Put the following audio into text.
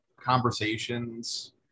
conversations